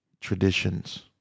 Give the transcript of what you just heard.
traditions